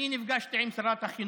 נפגשתי עם שרת החינוך,